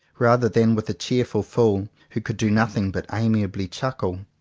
rather than with a cheerful fool who could do nothing but amiably chuckle.